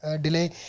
delay